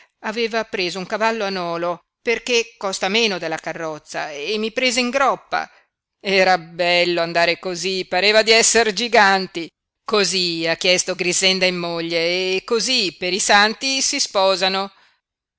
aveva preso un cavallo a nolo perché costa meno della carrozza e mi prese in groppa era bello andare cosí pareva di esser giganti cosí ha chiesto grixenda in moglie e cosí per i santi si sposano